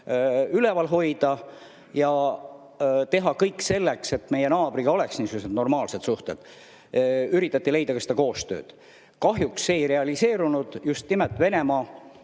üleval hoida ja teha kõik selleks, et naabriga oleksid normaalsed suhted. Üritati leida koostööd. Kahjuks see ei realiseerunud just nimelt Venemaa,